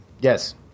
Yes